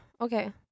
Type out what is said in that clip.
Okay